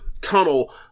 tunnel